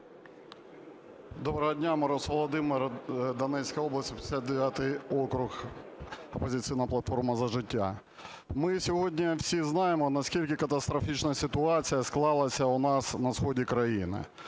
Доброго дня! Мороз Володимир, Донецька область, 59 округ "Опозиційна платформа – За життя". Ми сьогодні всі знаємо, наскільки катастрофічна ситуація склалася у нас на сході країни.